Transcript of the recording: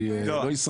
אני לא ישראלי?